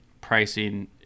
pricing